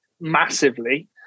massively